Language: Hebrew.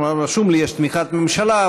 רשום לי שיש תמיכת ממשלה,